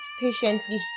patiently